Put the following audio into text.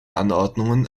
anordnungen